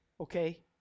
okay